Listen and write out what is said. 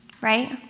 right